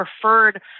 preferred